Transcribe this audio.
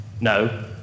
no